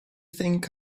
think